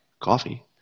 coffee